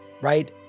right